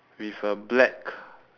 with a black